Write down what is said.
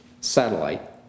satellite